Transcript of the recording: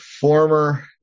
former